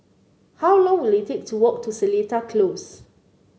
how long will it take to walk to Seletar Close